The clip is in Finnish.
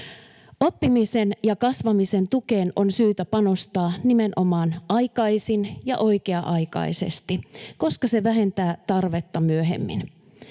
Oppimisen ja kasvamisen tukeen on syytä panostaa nimenomaan aikaisin ja oikea-aikaisesti, koska se vähentää tarvetta myöhemmin.